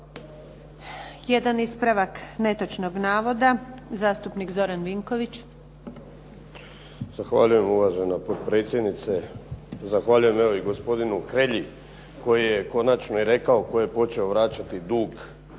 Jedan ispravak netočnog navoda. Zastupnik Zoran Vinković. **Vinković, Zoran (SDP)** Zahvaljujem uvažena potpredsjedniče. Zahvaljujem i gospodinu Hrelji koji je konačno i rekao tko je počeo vraćati dug